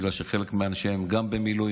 בגלל שחלק מאנשיהם גם במילואים,